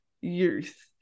youth